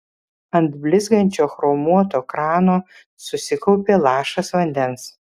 ant blizgančio chromuoto krano susikaupė lašas vandens